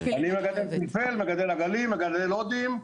אני מגדל פלפל, מגדל עגלים, מגדל הודים,